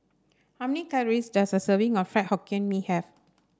how many calories does a serving of Fried Hokkien Mee have